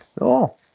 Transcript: No